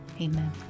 Amen